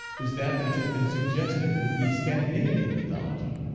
is that which has been suggested with the scandinavian mythology.